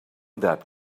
that